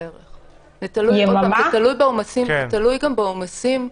זה תלוי גם בעומסים.